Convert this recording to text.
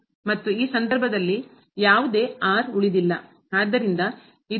ಮತ್ತು ಈ ಸಂದರ್ಭದಲ್ಲಿ ಯಾವುದೇ ಉಳಿದಿಲ್ಲ ಆದ್ದರಿಂದ ಇದು